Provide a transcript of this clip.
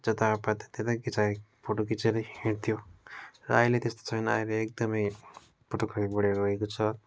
जता पायो त्यतै खिचाई फोटो खिचेर हिँड्थ्यो र अहिले त्यस्तो छैन अहिले एकदमै फोटोग्राफी बढेर गएको छ